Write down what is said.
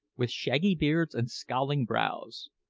with shaggy beards and scowling brows.